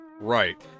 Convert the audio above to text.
Right